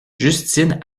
justine